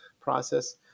process